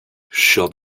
champ